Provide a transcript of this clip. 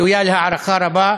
וראויות להערכה רבה.